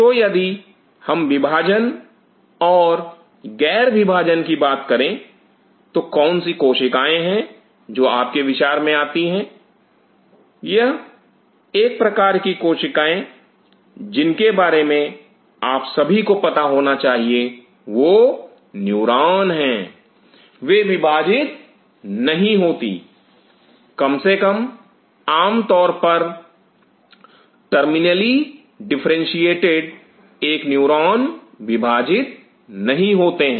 तो यदि हम विभाजन और गैर विभाजन की बात करें तो कौन सी कोशिकाएं हैं जो आपके विचार में आती हैं एक प्रकार की कोशिकाएं जिनके बारे में आप सभी को पता होना चाहिए वह न्यूरॉन हैं वे विभाजित नहीं होती कम से कम आमतौर पर टर्मिनली डिफरेंशिएटेड एक न्यूरॉन विभाजित नहीं होते हैं